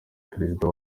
perezida